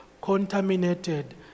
contaminated